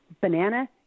Banana